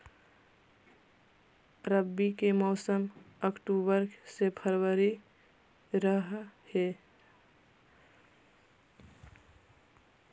रब्बी के मौसम अक्टूबर से फ़रवरी रह हे